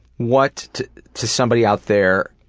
what, to to somebody out there,